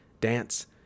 dance